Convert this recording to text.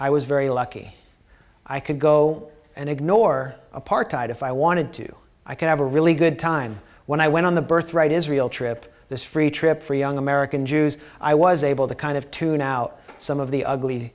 i was very lucky i could go and ignore apartheid if i wanted to i could have a really good time when i went on the birthright israel trip this free trip for young american jews i was able to kind of to now some of the ugly